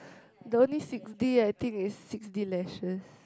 the only six D I think is six D lashes